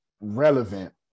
relevant